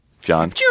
John